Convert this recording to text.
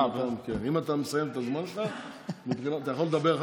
אתה יכול לדבר על מה שאתה רוצה.